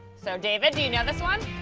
so david, do you know this one?